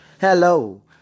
hello